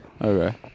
okay